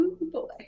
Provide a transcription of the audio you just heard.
boy